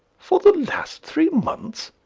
for the last three months?